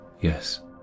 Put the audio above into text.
yes